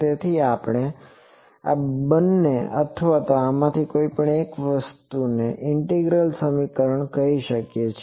તેથી આપણે આ બંને અથવા આમાંથી કોઈપણ વસ્તુને ઇન્ટિગ્રલ સમીકરણો કહી શકીએ છીએ